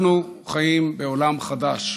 אנחנו חיים בעולם חדש,